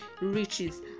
riches